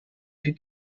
die